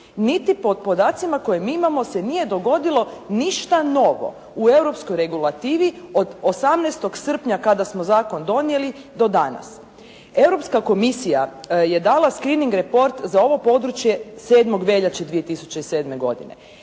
niti po podacima koje mi imamo se nije dogodilo ništa novo u europskoj regulativi od 18. srpnja kada smo zakon donijeli do danas. Europska komisija je dala screnning report za ovo područje 7. veljače 2007. godine.